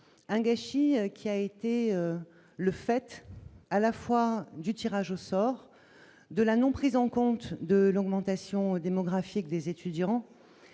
un gâchis qui a été le fait à la fois du tirage au sort de la non prise en compte de l'augmentation démographique des étudiants